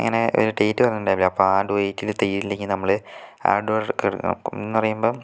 അങ്ങനെ ഡേറ്റ് പറഞ്ഞിട്ടുണ്ടാവൂലേ അപ്പം ആ ഡേറ്റില് തീരില്ലങ്കിൽ നമ്മള് ഹാർഡ് വർക്ക് എടുക്കും എന്ന് പറയുമ്പം